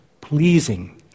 pleasing